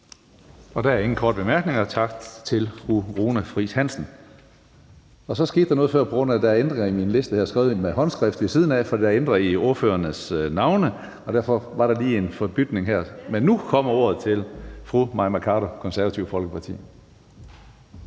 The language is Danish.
Der er ingen korte bemærkninger. Tak til fru Runa Friis Hansen. Så skete der noget før, fordi der er ændringer i min liste, som jeg har skrevet ind i hånden ved siden af. Der er ændret i ordførernes navne, og derfor var der lige en forbytning her, men nu giver jeg ordet til fru Mai Mercado, Det Konservative Folkeparti.